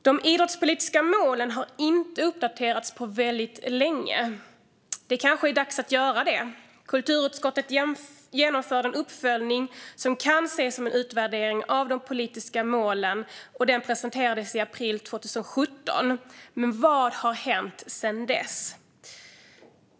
De idrottspolitiska målen har inte uppdaterats på väldigt länge. Det kanske är dags att göra det. Kulturutskottet genomförde en uppföljning, som kan ses som en utvärdering av de politiska målen. Den presenterades i april 2017. Men vad har hänt sedan dess?